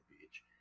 beach